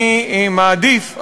אני מעדיף,